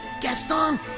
Gaston